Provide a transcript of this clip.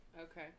Okay